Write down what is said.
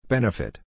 Benefit